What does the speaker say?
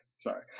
Sorry